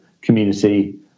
community